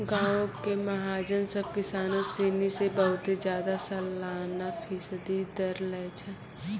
गांवो के महाजन सभ किसानो सिनी से बहुते ज्यादा सलाना फीसदी दर लै छै